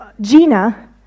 Gina